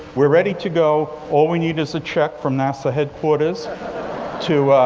we're ready to go. all we need is a check from nasa headquarters to